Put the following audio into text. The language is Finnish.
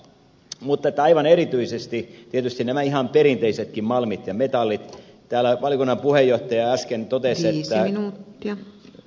mutta aivan erityisesti tietysti näihin ihan perinteisiinkin malmeihin ja metalleihin liittyen täällä valiokunnan puheenjohtaja äsken totesi isän ja isän